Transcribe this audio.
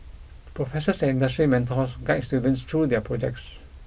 professors and industry mentors guides students through their projects